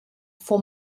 for